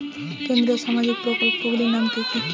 কেন্দ্রীয় সামাজিক প্রকল্পগুলি নাম কি কি?